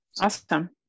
Awesome